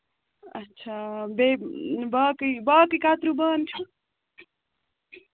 اَچھا بیٚیہِ باقٕے باقٕے کَتریو بانہٕ چھا